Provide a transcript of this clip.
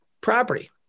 property